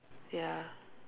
ya